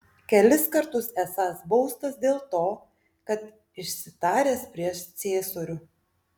kelis kartus esąs baustas dėl to kad išsitaręs prieš ciesorių